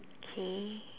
K